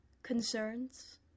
Concerns